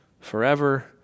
forever